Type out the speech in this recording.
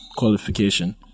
qualification